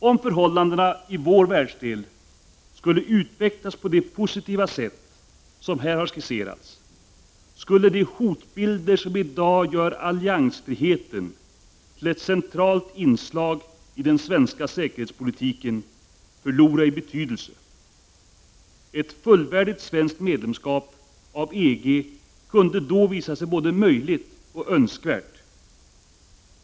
Om förhållandena i vår världsdel skulle utvecklas på det positiva sätt som här har skisserats, skulle de hotbilder som i dag gör alliansfriheten till ett centralt inslag i den svenska säkerhetspolitiken förlora i betydelse. Ett fullvärdigt svenskt medlemskap i EG kunde då visa sig både möjligt och önskvärt.